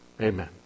Amen